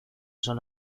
son